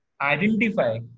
identify